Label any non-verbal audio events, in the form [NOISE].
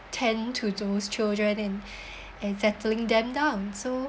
tend to those children and [BREATH] and settling them down so